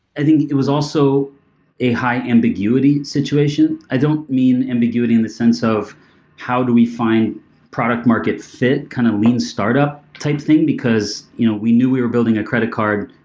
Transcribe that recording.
i think it was also a high ambiguity situation. i don't mean ambiguity in the sense of how do we find product market fit, kind of lean startup type thing, because you know we knew we were building a credit card.